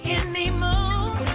anymore